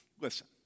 listen